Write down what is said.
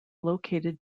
located